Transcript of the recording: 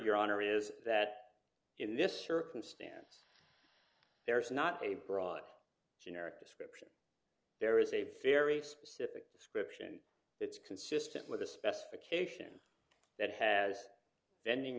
honor is that in this circumstance there's not a broad generic descript there is a very specific description it's consistent with a specification that has vending